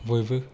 बयबो